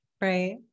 Right